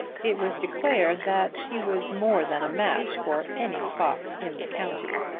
it was declared that she was more than a match for any fox in the county,